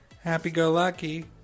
happy-go-lucky